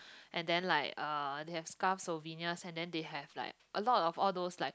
and then like uh they have scarves souvenirs and then they have like a lot of all those like